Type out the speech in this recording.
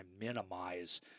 minimize